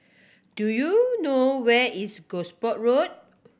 do you know where is Gosport Road